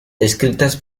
escritas